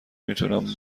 میتونم